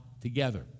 together